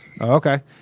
okay